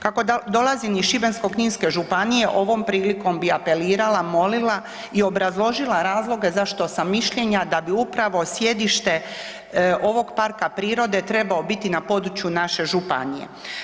Kako dolazim iz Šibensko-kninske županije, ovom prilikom bih apelirala, molila i obrazložila razloge zašto sam mišljenja da bi upravo sjedište ovog parka prirode trebao bit na području naše županije.